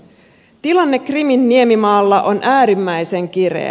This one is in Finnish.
tilanne krimin niemimaalla on äärimmäisen kireä